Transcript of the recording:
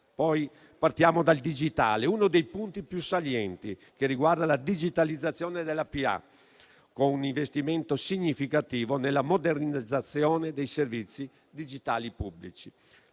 Parliamo poi del digitale, uno dei punti più salienti, che riguarda la digitalizzazione della pubblica amministrazione, con un investimento significativo nella modernizzazione dei servizi digitali pubblici.